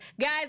Guys